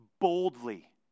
boldly